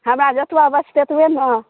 हमरा जतबा बचतै ओतबहि ने